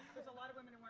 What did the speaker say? there's a lot of women